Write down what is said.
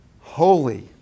Holy